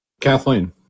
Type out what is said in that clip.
Kathleen